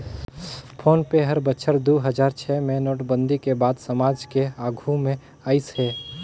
phone पे हर बछर दू हजार छै मे नोटबंदी के बाद समाज के आघू मे आइस हे